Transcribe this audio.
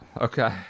Okay